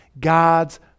God's